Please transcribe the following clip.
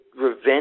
revenge